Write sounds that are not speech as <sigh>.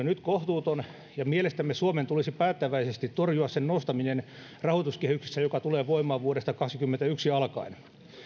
<unintelligible> nyt kohtuuton ja mielestämme suomen tulisi päättäväisesti torjua sen nostaminen rahoituskehyksessä joka tulee voimaan vuodesta kaksikymmentäyksi alkaen